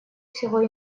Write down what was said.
всего